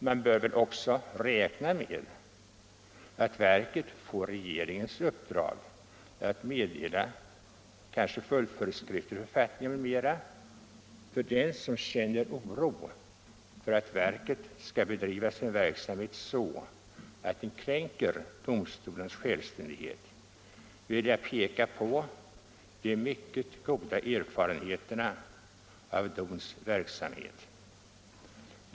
Man bör väl också räkna med att verket får regeringens uppdrag att meddela följdföreskrifter till författningar m.m. För den som känner oro för att verket skall bedriva sin verksamhet så, att den kränker domstolarnas självständighet, vill jag peka på de mycket goda erfarenheterna av DON:s verksamhet.